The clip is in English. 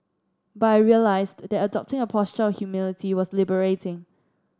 but I realised that adopting a posture of humility was liberating